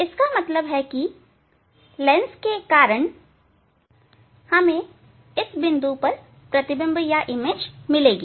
इसका मतलब है कि इस लेंस के कारण हमें इस बिंदु पर प्रतिबिंब मिलेगा